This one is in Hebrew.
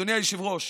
אדוני היושב-ראש,